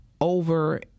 over